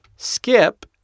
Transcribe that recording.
Skip